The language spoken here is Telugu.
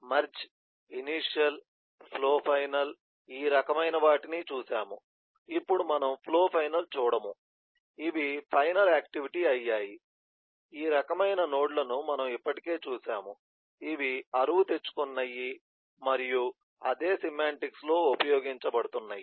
మెర్జ్ ఇనీషియల్ ఫ్లో ఫైనల్ ఈ రకమైన వాటిని చూసాము ఇప్పుడు మనం ఫ్లో ఫైనల్ చూడము ఇవి ఫైనల్ యాక్టివేట్ అయ్యాయి ఈ రకమైన నోడ్ లను మనం ఇప్పటికే చూశాము ఇవి అరువు తెచ్చుకున్నాయి మరియు అదే సెమాంటిక్స్లో ఉపయోగించబడుతున్నాయి